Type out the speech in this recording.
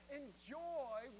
enjoy